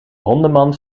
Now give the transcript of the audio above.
hondenmand